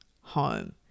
home